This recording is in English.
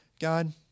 God